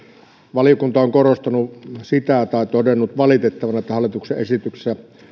valiokunta on korostanut sitä tai todennut valitettavana että hallituksen esityksessä